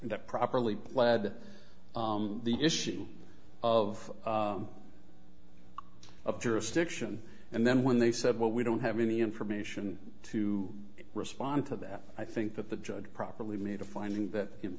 that properly pled the issue of of jurisdiction and then when they said what we don't have any information to respond to that i think that the judge properly made a finding that in